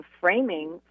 framing